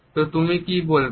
তো তুমি কি বলবে